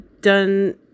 done